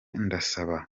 ndasaba